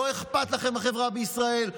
לא אכפת לכם מהחברה בישראל,